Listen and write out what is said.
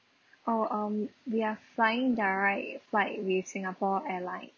oh um we are flying direct flight with singapore airline